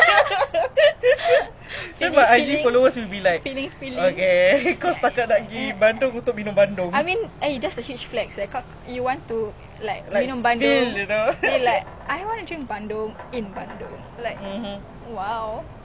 you had the money like takde feeling there ah makan french fries kat singapore